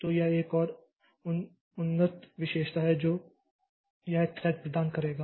तो यह एक और उन्नत विशेषता है जो यह थ्रेड प्रदान करेगा